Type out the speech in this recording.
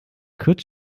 could